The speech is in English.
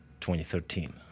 2013